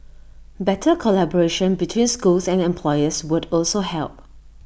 better collaboration between schools and employers would also help